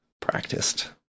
practiced